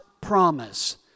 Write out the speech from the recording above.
promise